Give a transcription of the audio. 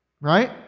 right